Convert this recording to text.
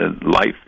life